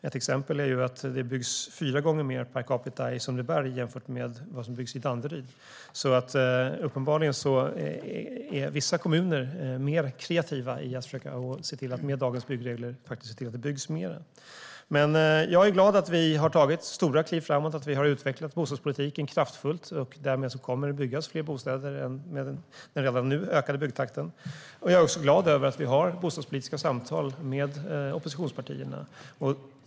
Ett exempel är att det byggs fyra gånger mer per capita i Sundbyberg än i Danderyd, så uppenbarligen är vissa kommuner mer kreativa i att med dagens byggregler se till att det byggs mer. Jag är glad att vi har tagit stora kliv framåt och utvecklat bostadspolitiken kraftfullt. Därmed kommer det att byggas fler bostäder med den redan nu ökade byggtakten. Jag är också glad över att vi har bostadspolitiska samtal med oppositionspartierna.